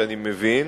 שאני מבין,